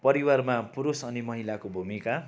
परिवारमा पुरुष अनि महिलाको भूमिका